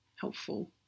helpful